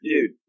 Dude